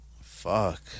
Fuck